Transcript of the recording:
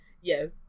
yes